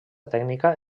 tècnica